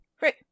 Right